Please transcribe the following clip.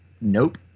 nope